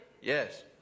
Yes